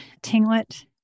Tinglet